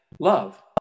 Love